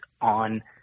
on